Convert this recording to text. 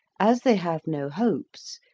as they have no hopes,